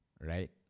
right